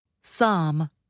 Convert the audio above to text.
Psalm